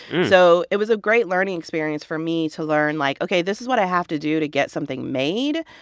so it was a great learning experience for me to learn, like, ok, this is what i have to do to get something made.